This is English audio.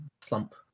slump